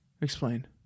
explain